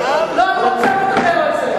אני רוצה לדבר על זה,